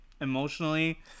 emotionally